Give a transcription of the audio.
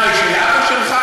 מה, היא של אבא שלך?